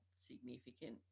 significant